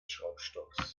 schraubstocks